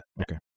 Okay